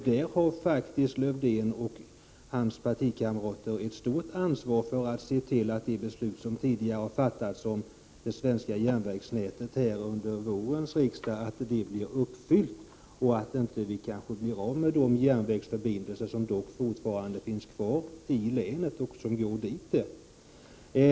Där har faktiskt Lövdén och hans partikamrater ett stort ansvar för att se till att de beslut som fattades under vårriksdagen om det svenska järnvägsnätet blir uppfyllda och att vi inte förlorar de järnvägsförbindelser som dock fortfarande finns kvar i och till länet.